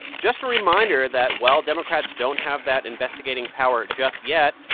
just a reminder that while democrats don't have that investigating power just yet,